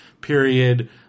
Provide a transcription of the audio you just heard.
period